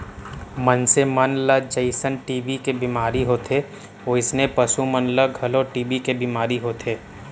मनसे मन ल जइसन टी.बी के बेमारी होथे वोइसने पसु मन ल घलौ टी.बी के बेमारी होथे